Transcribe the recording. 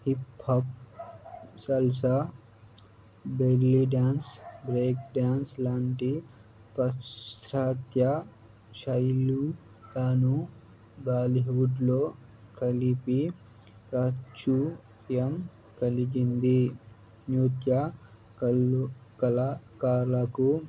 hip hop salsa belly dance breakdance లాంటి పాశ్చాత్య శైలుగాను బాలీవుడ్లో కలిపి ప్రాచుర్యం కలిగింది నృత్య కలు కళాకారులకు